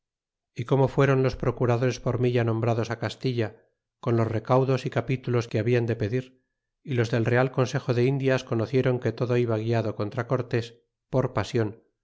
y como fueron los procuradores por mí ya nombrados castilla con los recaudos y capítulos que hablan de pedir y los del real consejo de indias conocieron que todo iba guiado contra cortes por pasion